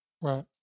Right